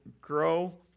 grow